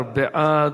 12 בעד,